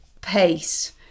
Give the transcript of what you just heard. PACE